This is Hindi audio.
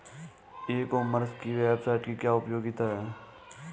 ई कॉमर्स की वेबसाइट की क्या उपयोगिता है?